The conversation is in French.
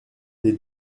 des